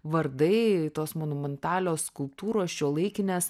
vardai tos monumentalios skulptūros šiuolaikinės